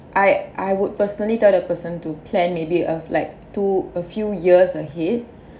I I would personally thought a person to plan maybe uh like to a few years ahead